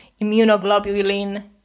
immunoglobulin